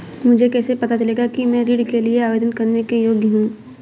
मुझे कैसे पता चलेगा कि मैं ऋण के लिए आवेदन करने के योग्य हूँ?